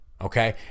okay